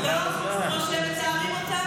או שמצלמים אותם?